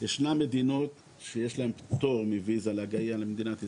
ישנן מדינות שיש להן פטור מוויזה להגיע למדינת ישראל.